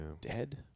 Dead